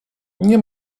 nie